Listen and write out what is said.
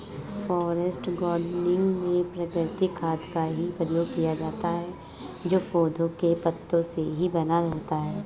forest gardening में प्राकृतिक खाद का ही प्रयोग किया जाता है जो पौधों के पत्तों से ही बना होता है